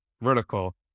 vertical